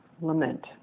lament